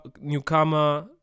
newcomer